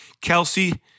Kelsey